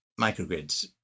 microgrids